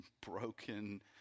broken